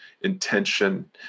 intention